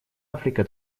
африка